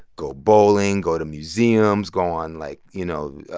go bowling, go to museums, go on, like, you know,